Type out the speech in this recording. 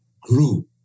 grew